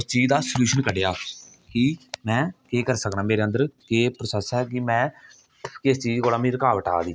उस चीज दा सलूशन कड्ढेआ कि में एह् करी सकना मेरे अंदर एह् प्रोसेस है कि में किश चीज कोला मिगी रकाबट आरदी